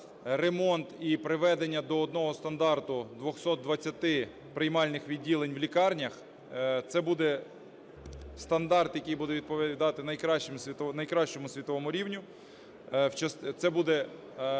ремонт і приведення до одного стандарту 220 приймальних відділень в лікарнях. Це буде стандарт, який буде відповідати найкращому світовому рівню, це буде